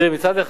מצד אחד,